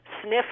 sniff